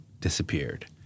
disappeared